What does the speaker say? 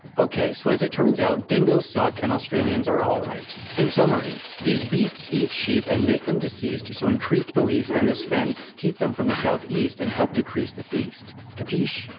ok so as it turns out dingos suck and australians are alright. in summary, these beasts eat sheep and make them deceased so increased police and this fence kept them from the south-east and help decrease the feast, capisce?